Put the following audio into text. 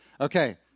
Okay